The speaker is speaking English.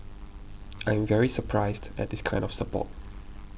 I am very surprised at this kind of support